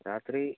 രാത്രി